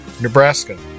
Nebraska